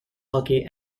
hockey